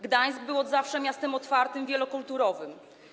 Gdańsk był od zawsze miastem otwartym, wielokulturowym.